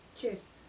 Cheers